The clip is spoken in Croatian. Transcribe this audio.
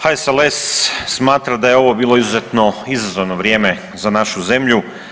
HSLS smatra da je ovo bilo izuzetno izazovno vrijeme za našu zemlju.